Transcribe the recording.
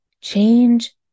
change